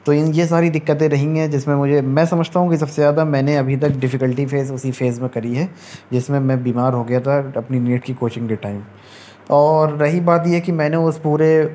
تو ان یہ ساری دقتیں رہی ہیں جس میں مجھے میں سمجھتا ہوں کہ سب سے زیادہ میں نے ابھی تک ڈفیکلٹی فیس اسی فیز میں کری ہے جس میں میں بیمار ہو گیا تھار اپنی نیٹ کی کوچنگ کے ٹائم اور رہی بات یہ کہ میں نے اس پورے